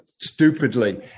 stupidly